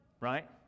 right